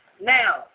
Now